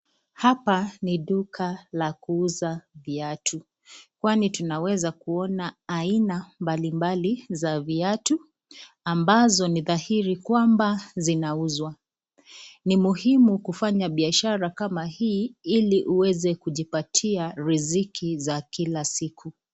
Hapa ni duka la kuuza viatu. Kwani tunaweza kuona aina mbalimbali za viatu ambazo ni dhahiri kwamba zinauzwa. Ni muhimu kufanya biashara kama hii ili uweze kujipatia riziki za kila siku.